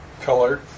color